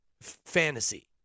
Fantasy